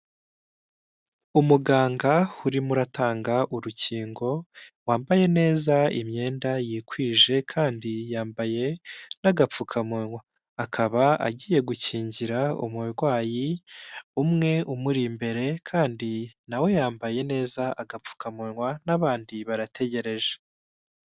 Umuganga urimo uratanga urukingo wambaye neza imyenda yikwije kandi yambaye n'agapfukamunwa, akaba agiye gukingira umurwayi umwe umuri imbere kandi nawe we yambaye neza agapfukamunwa n'abandi barategereje.